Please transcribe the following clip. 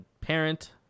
parent